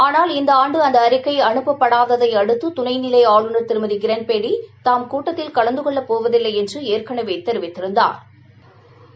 ஆனால் இந்த ஆண்டு அந்த அறிக்கை அனுப்பப்படாததை அடுத்து துணை நிலை ஆளுநர் திருமதி கிரண்பெடி தாம் கூட்டத்தில் கலந்து கொள்ளப்போவதில்லை என்று ஏற்கனவே தெரிவித்திருந்தாா்